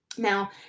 Now